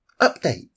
update